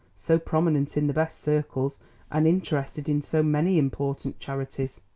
so prominent in the best circles and interested in so many important charities.